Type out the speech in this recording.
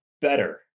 better